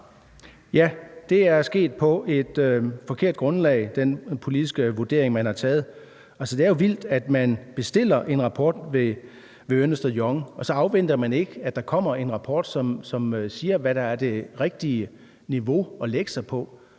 taget, er sket på et forkert grundlag. Altså, det er jo vildt, at man bestiller en rapport ved Ernst & Young, og at man så ikke afventer, at der kommer en rapport, som siger, hvad der er det rigtige niveau at lægge sig på.